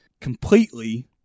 completely